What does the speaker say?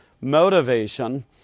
motivation